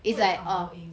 会 like 什么 ink